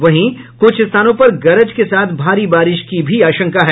वहीं कुछ स्थानों पर गरज के साथ भारी बारिश की भी आशंका है